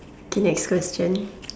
okay next question